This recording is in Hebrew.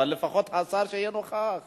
אבל לפחות השר שיהיה נוכח.